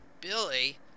Billy